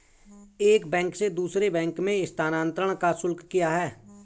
एक बैंक से दूसरे बैंक में स्थानांतरण का शुल्क क्या है?